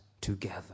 together